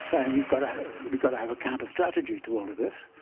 so and we've got we've got to have a counter-strategy to all of this.